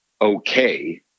okay